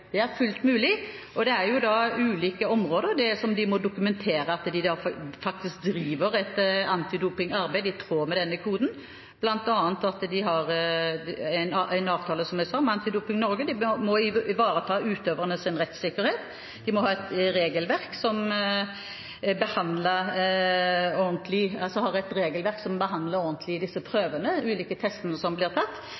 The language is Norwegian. Det er fullt mulig, men de må dokumentere at de faktisk driver et antidopingarbeid i tråd med denne koden på ulike områder, bl.a. må de ha en avtale med Antidoping Norge. De må ivareta utøvernes rettssikkerhet, de må ha et regelverk som behandler disse prøvene, de ulike testene som blir tatt, ordentlig, og de må også ha et testprogram, både under konkurransen og før og etter konkurransen, som